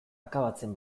akabatzen